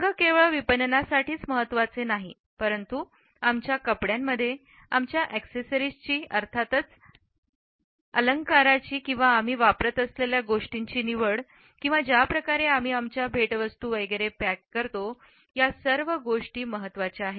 रंग केवळ विपणनासाठी महत्वाचे नाहीत परंतु आमच्या कपड्यांमध्ये आमच्या अॅक्सेसरीजचीअर्थातच अलंकाराची निवड किंवा ज्या प्रकारे आम्ही आमच्या भेटवस्तू वगैरे पॅके करतो या सर्व गोष्टी महत्त्वाच्या आहे